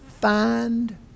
find